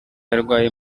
yarwaye